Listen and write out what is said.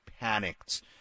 panicked